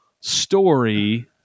story